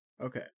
Okay